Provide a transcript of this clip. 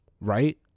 Right